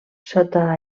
sota